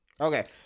Okay